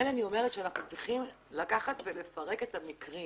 לכן אני אומרת שאנחנו צריכים לפרק את המקרים.